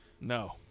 No